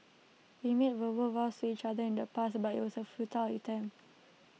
we made verbal vows to each other in the past but IT was A futile attempt